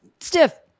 stiff